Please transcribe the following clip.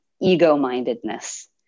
ego-mindedness